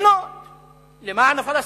שמפגינות למען הפלסטינים,